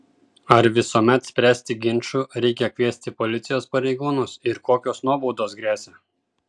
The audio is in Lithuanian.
ar visuomet spręsti ginčų reikia kviesti policijos pareigūnus ir kokios nuobaudos gresia